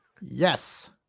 Yes